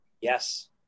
Yes